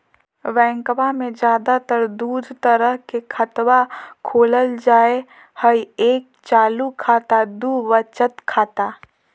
बैंकवा मे ज्यादा तर के दूध तरह के खातवा खोलल जाय हई एक चालू खाता दू वचत खाता